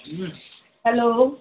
hello